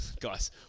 guys